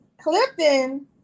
Clifton